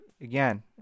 again